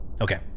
Okay